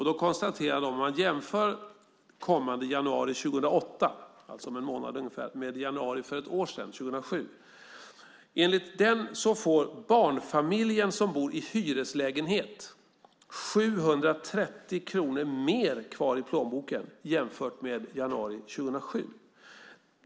De har gjort en jämförelse mellan januari 2008, alltså om ungefär en månad, och januari 2007, för ungefär ett år sedan. Enligt den jämförelsen får barnfamiljen som i januari 2008 bor i en hyreslägenhet 730 kronor mer kvar i plånboken jämfört med hur det såg ut i januari 2007.